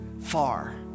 far